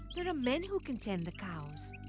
there are men who can tend the cows.